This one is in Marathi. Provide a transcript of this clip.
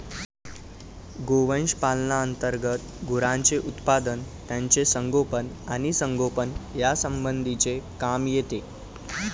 गोवंश पालना अंतर्गत गुरांचे उत्पादन, त्यांचे संगोपन आणि संगोपन यासंबंधीचे काम येते